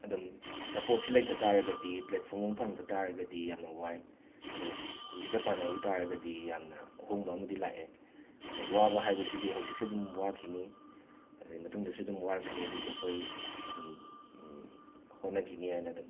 ꯑꯗꯨꯝ ꯁꯄꯣꯔꯠꯁꯦ ꯂꯩꯇ ꯇꯥꯔꯒꯗꯤ ꯄ꯭ꯂꯦꯠꯐꯣꯔꯝ ꯐꯪꯗ ꯇꯥꯔꯒꯗꯤ ꯌꯥꯝꯅ ꯋꯥꯏ ꯑꯗꯣ ꯍꯨꯖꯤꯛꯀ ꯄꯥꯟꯅꯔꯨ ꯇꯥꯔꯒꯗꯤ ꯌꯥꯝꯅ ꯑꯍꯣꯡꯕ ꯑꯃꯗꯤ ꯂꯥꯛꯑꯦ ꯑꯗꯣ ꯋꯥꯕ ꯍꯥꯏꯕꯁꯤꯗꯤ ꯍꯧꯖꯤꯛꯁꯨ ꯑꯗꯨꯝ ꯋꯥꯈꯤꯅꯤ ꯑꯗꯩ ꯃꯇꯨꯡꯗꯁꯨ ꯑꯗꯨꯝ ꯋꯥꯔꯛꯀꯅꯤ ꯑꯗꯨꯕꯨ ꯑꯩꯈꯣꯏ ꯑꯗꯨꯝ ꯍꯣꯠꯅꯈꯤꯅꯤ ꯍꯥꯏꯅ ꯑꯗꯨꯝ